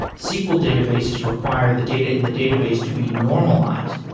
sql databases require the data in the database to be normalized,